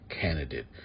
candidate